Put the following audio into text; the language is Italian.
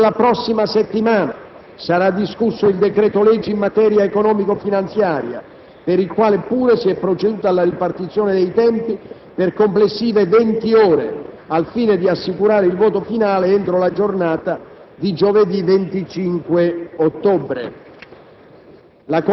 Nel corso della prossima settimana sarà discusso il decreto-legge in materia economico-finanziaria, per il quale pure si è proceduto alla ripartizione dei tempi per complessive venti ore, al fine di assicurare il voto finale entro la giornata di giovedì 25 ottobre.